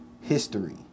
history